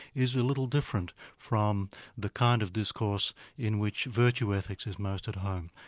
is a little different from the kind of discourse in which virtue ethics is most at home.